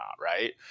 right